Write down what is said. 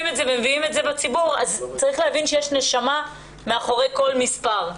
אז צריך להבין שיש נשמה מאחורי כל מספר.